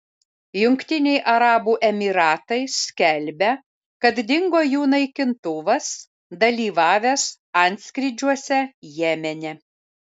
jungtiniai arabų emyratai skelbia kad dingo jų naikintuvas dalyvavęs antskrydžiuose jemene